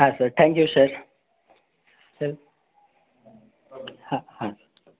হ্যাঁ sir thank you sir sir হ্যাঁ হ্যাঁ